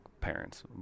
parents